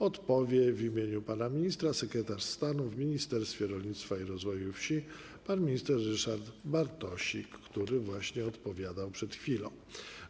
Odpowie w imieniu pana ministra sekretarz stanu w Ministerstwie Rolnictwa i Rozwoju Wsi pan minister Ryszard Bartosik, który właśnie przed chwilą odpowiadał.